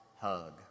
hug